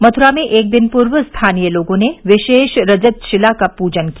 मथुरा में एक दिन पूर्व स्थानीय लोगों ने विशेष रजत शिला का पूजन किया